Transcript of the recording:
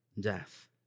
death